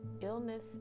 Illness